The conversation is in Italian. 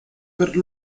per